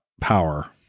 power